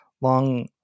long